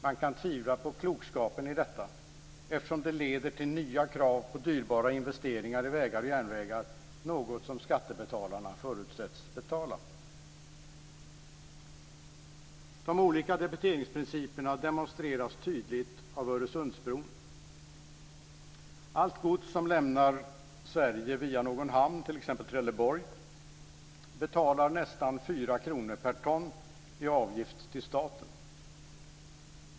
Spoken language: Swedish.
Man kan tvivla på klokskapen i detta eftersom det leder till nya krav på dyrbara investeringar i vägar och järnvägar - något som skattebetalarna förutsätts betala. De olika debiteringsprinciperna demonstreras tydligt av Öresundsbron. För allt gods som lämnar Sverige via någon hamn, t.ex. Trelleborg, betalar man nästan 4 kr per ton i avgift till staten.